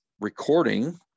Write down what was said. recording